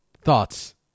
Thoughts